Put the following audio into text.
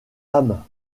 âme